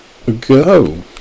go